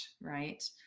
right